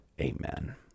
amen